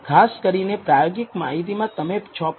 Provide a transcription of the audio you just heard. ખાસ કરીને પ્રાયોગિક માહિતીમાં તમે 6